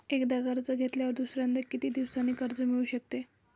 एकदा कर्ज घेतल्यावर दुसऱ्यांदा किती दिवसांनी कर्ज मिळू शकते?